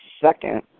second